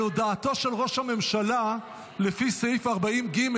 על הודעתו של ראש הממשלה לפי סעיף 40(ג)